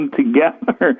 together